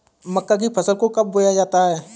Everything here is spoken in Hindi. मक्का की फसल को कब बोया जाता है?